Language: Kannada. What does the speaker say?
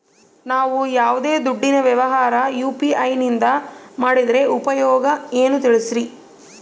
ನಾವು ಯಾವ್ದೇ ದುಡ್ಡಿನ ವ್ಯವಹಾರ ಯು.ಪಿ.ಐ ನಿಂದ ಮಾಡಿದ್ರೆ ಉಪಯೋಗ ಏನು ತಿಳಿಸ್ರಿ?